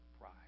pride